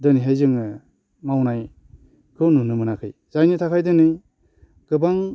दिनैहाय जोङो मावनायखौ नुनो मोनाखै जायनि थाखाय दिनै गोबां